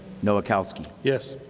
nowakowski yes.